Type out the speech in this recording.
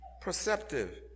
Perceptive